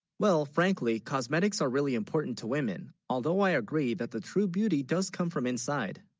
well frankly cosmetics are really important to women although i agree that the true beauty does come from inside